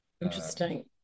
interesting